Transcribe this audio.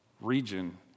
region